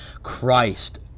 Christ